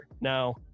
now